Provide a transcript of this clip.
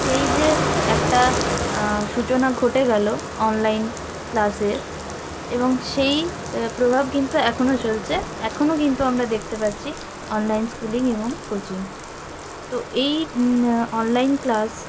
সেই যে একটা সূচনা ঘটে গেলো অনলাইন ক্লাসের এবং সেই প্রভাব কিন্তু এখনও চলছে এখনও কিন্তু আমরা দেখতে পাচ্ছি অনলাইন স্কুলিং এবং কোচিং তো এই অনলাইন ক্লাস